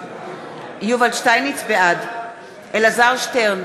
בעד אלעזר שטרן,